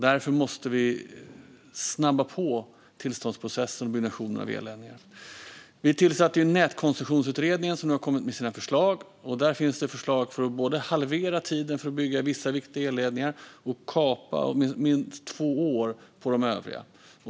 Därför måste vi snabba på tillståndsprocessen vid byggnation av elledningar. Vi tillsatte Nätkoncessionsutredningen, som nu har kommit med sina förslag. Det finns förslag om att halvera tiden när det gäller att bygga vissa viktiga elledningar och om att kapa minst två år när det gäller övriga.